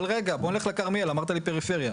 אבל רגע בוא נלך לכרמיאל, אמרת לי פריפריה.